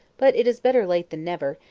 but it is better late than never,